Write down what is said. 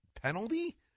Penalty